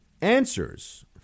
answers